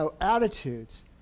attitudes